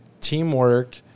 teamwork